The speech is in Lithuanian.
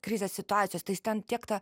krizės situacijos tai jis ten tiek ta